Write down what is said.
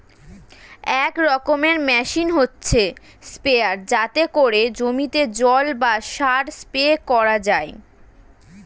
এক রকমের মেশিন হচ্ছে স্প্রেয়ার যাতে করে জমিতে জল বা সার স্প্রে করা যায়